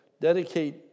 dedicate